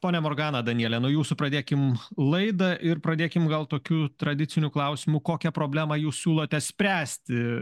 ponia morgana daniele nuo jūsų pradėkim laidą ir pradėkime gal tokiu tradiciniu klausimu kokią problemą jūs siūlote spręsti